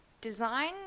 design